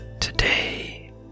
Today